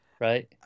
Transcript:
right